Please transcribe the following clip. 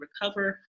recover